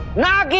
not